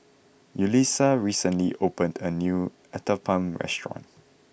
Yulisa recently opened a new Uthapam restaurant